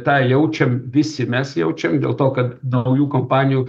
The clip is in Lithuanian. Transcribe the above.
tą jaučiam visi mes jaučiam dėl to kad naujų kompanijų